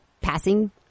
passing